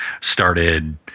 started